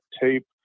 tape